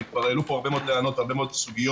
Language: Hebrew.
העלו פה כל מיני טענות וסוגיות,